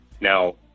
now